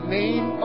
name